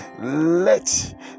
let